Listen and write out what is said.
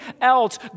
else